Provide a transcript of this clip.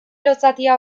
lotsatia